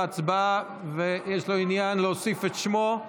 בהצבעה ויש לו עניין להוסיף את שמו?